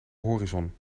horizon